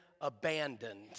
Abandoned